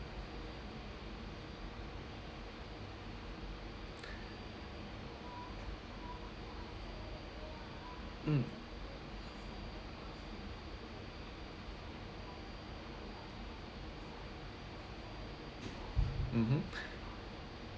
mm mmhmm